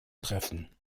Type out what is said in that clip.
treffen